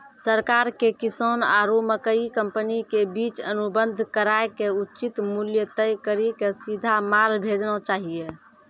सरकार के किसान आरु मकई कंपनी के बीच अनुबंध कराय के उचित मूल्य तय कड़ी के सीधा माल भेजना चाहिए?